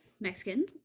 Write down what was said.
Mexican